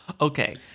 Okay